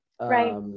right